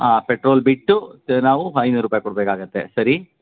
ಹಾಂ ಪೆಟ್ರೋಲ್ ಬಿಟ್ಟು ನಾವು ಐನೂರು ರೂಪಾಯಿ ಕೊಡಬೇಕಾಗತ್ತೆ ಸರಿ